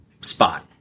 spot